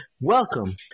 Welcome